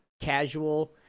casual